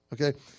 okay